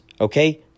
Okay